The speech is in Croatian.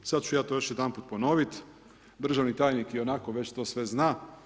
Sad ću ja to još jedanput ponoviti, državni tajnik ionako već to sve zna.